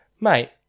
Mate